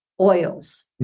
oils